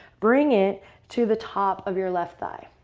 bring it to the top of your left thigh.